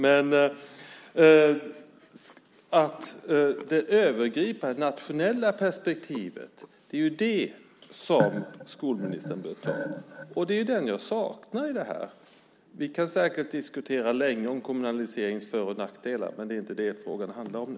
Det är det övergripande nationella perspektivet som skolministern bör ha, och det saknar jag i detta. Vi kan säkert diskutera länge om kommunaliseringens för och nackdelar, men det är inte det frågan handlar om nu.